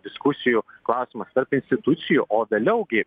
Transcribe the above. diskusijų klausimas tarp institucijų o vėliau gi